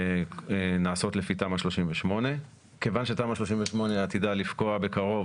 שנעשות לפי תמ"א 38. כיוון שתמ"א 38 עתידה לפקוע בקרוב